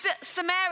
Samaria